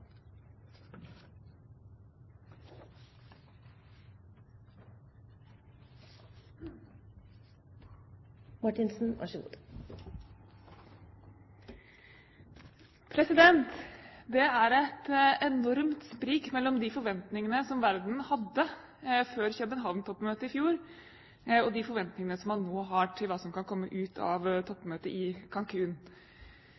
Det er et enormt sprik mellom de forventningene som verden hadde før København-toppmøtet i fjor, og de forventningene som man nå har til hva som kan komme ut av